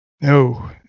No